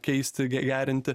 keisti gerinti